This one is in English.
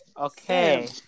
Okay